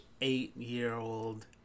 eight-year-old